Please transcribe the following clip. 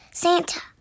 Santa